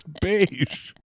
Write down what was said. beige